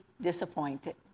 disappointed